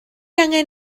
angen